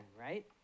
right